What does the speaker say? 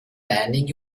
landing